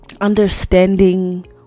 understanding